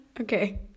Okay